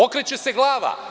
Okreće se glava.